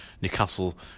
Newcastle